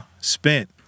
spent